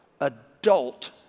Adult